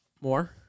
More